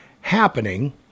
happening